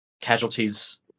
casualties